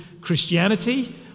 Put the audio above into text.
Christianity